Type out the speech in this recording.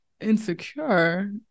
insecure